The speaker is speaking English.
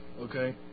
okay